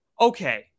Okay